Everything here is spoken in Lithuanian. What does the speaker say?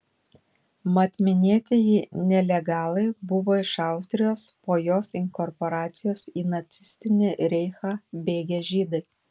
mat minėtieji nelegalai buvo iš austrijos po jos inkorporacijos į nacistinį reichą bėgę žydai